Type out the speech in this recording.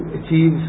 achieve